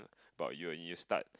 but you when you start